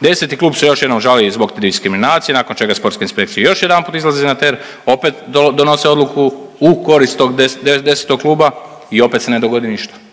10 klub se još jednom žali zbog diskriminacije nakon čega sportska inspekcija još jedanput izlazi na teren, opet donose odluku u korist tog 10 kluba i opet se ne dogodi ništa.